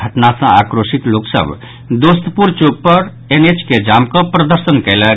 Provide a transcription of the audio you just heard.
घटना सँ आक्रोशित लोक सभ दोस्तपुर चौक लग एनएच के जाम कऽ प्रदर्शन कयलक